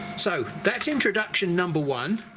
so that's introduction number one,